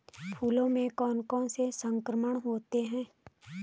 फसलों में कौन कौन से संक्रमण होते हैं?